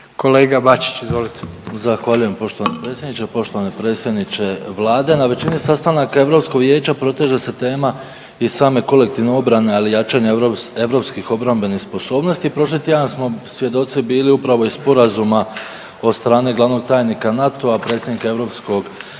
Kolega Bačić, izvolite.